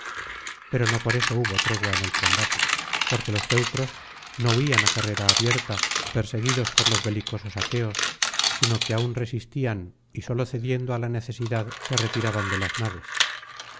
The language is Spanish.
pero no por eso hubo tregua en el combate porque los teucros no huían á carrera abierta perseguidos por los belicosos aqueos sino que aún resistían y sólo cediendo á la necesidad se retiraban de las naves